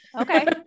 Okay